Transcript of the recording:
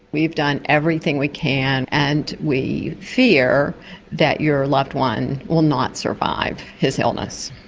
we've done everything we can and we fear that your loved one will not survive his illness.